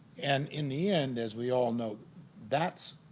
and in the end as we all know that's